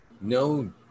No